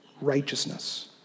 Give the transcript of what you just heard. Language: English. Righteousness